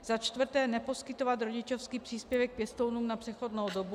Za čtvrté neposkytovat rodičovský příspěvek pěstounům na přechodnou dobu.